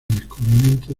descubrimiento